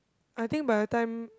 I think by the time